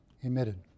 emitted